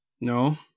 No